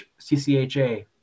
CCHA